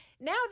Now